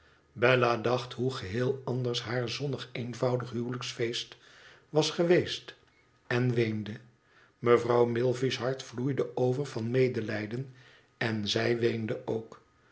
bella dacht hoe geheel anders haar zonnig eenvoudig huwelijksfeest was geweest en weende mevrouw milvey's hart vloeide over van medelijden en zij weende ook